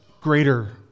greater